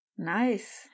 Nice